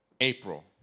April